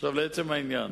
עכשיו לעצם העניין.